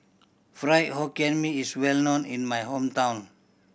Fried Hokkien Mee is well known in my hometown